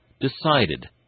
decided